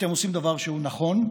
אתם עושים דבר שהוא נכון.